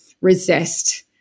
resist